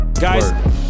guys